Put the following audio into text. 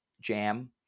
jam